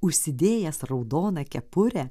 užsidėjęs raudoną kepurę